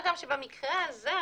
מה גם שבמקרה הזה,